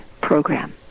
program